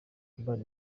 urban